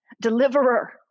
Deliverer